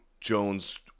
Jones